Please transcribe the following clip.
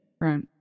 Right